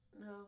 No